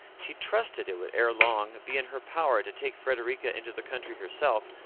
she trusted it would ere long be in her power to take frederica into the country herself,